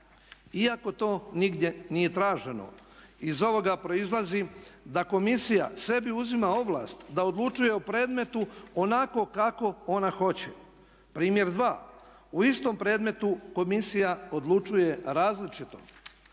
iako to nigdje nije traženo. Iz ovoga proizlazi da komisija sebi uzima ovlast da odlučuju o predmetu onako kako ona hoće. Primjer 2. u istom predmetu komisija odlučuje različito.